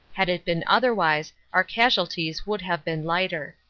had it been otherwise our casualties would have been lighter.